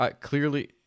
clearly